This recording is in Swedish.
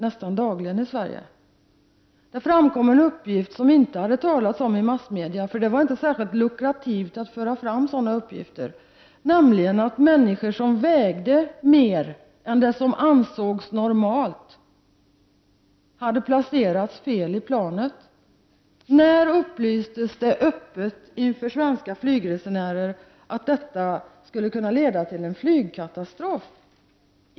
I samband med olyckan framkom en uppgift som det tidigare inte hade talats om i massmedia — för det var inte särskilt lukrativt att föra fram sådana uppgifter — nämligen att människor som vägde mer än det som ansågs normalt hade placerats fel i planet. När upplystes det öppet inför svenska flygresenärer att detta skulle kunna leda till en flygkatastrof?